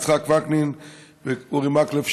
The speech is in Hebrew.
יצחק וקנין ואורי מקלב,